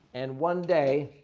and one day,